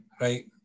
right